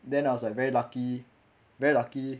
then I was like very lucky very lucky